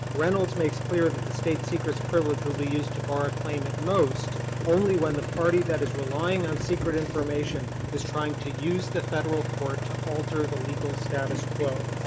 reynolds makes clear that the state-secrets privilege will be used to bar a claim at most only when the party that is relying on secret information is trying to use the federal court to alter the legal status quo.